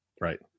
right